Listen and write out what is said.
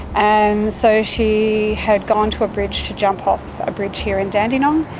and so she had gone to a bridge, to jump off a bridge here in dandenong.